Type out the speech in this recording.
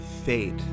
Fate